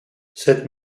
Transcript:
cette